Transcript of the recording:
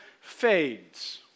fades